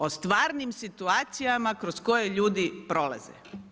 O stvarnim situacijama kroz koje ljudi prolaze.